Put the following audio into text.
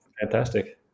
fantastic